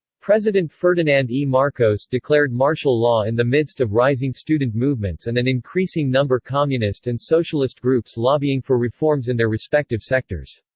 president ferdinand e. marcos declared martial law in the midst of rising student movements and an increasing number communist and socialist groups lobbying for reforms in their respective sectors.